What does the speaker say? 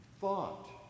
thought